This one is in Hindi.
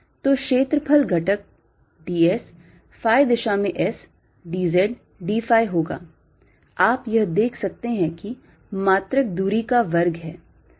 तो क्षेत्रफल घटक ds phi दिशा में S dz d phi होगा आप यह देख सकते हैं कि मात्रक दूरी का वर्ग है